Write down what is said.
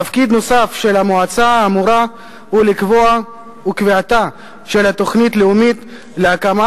תפקיד נוסף של המועצה האמורה הוא קביעתה של תוכנית לאומית להקמה